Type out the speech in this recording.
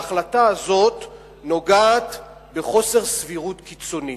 ההחלטה הזאת נוגעת בחוסר סבירות קיצוני.